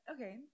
okay